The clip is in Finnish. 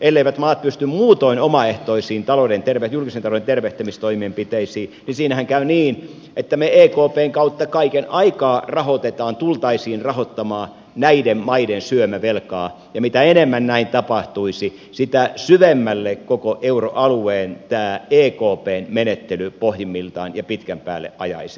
elleivät maat pysty muutoin omaehtoisiin julkisen talouden tervehdyttämistoimenpiteisiin niin siinähän käy niin että me ekpn kautta kaiken aikaa tulisimme rahoittamaan näiden maiden syömävelkaa ja mitä enemmän näin tapahtuisi sitä syvemmälle tämä ekpn menettely pohjimmiltaan ja pitkän päälle koko euroalueen ajaisi